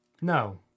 No